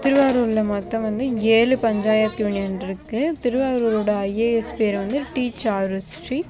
திருவாரூரில் மொத்தம் வந்து ஏழு பஞ்சாயத்து யூனியன் இருக்கு திருவாரூரோட ஐஏஎஸ் பேர் வந்து டி சாருஸ்ஸ்ரீ